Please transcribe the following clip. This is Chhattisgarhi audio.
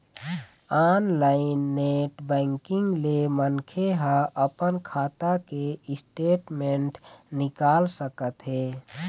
ऑनलाईन नेट बैंकिंग ले मनखे ह अपन खाता के स्टेटमेंट निकाल सकत हे